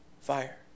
Fire